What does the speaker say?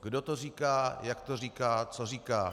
Kdo to říká, jak to říká, co říká?